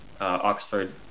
Oxford